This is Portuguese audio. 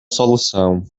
solução